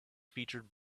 featured